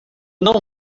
não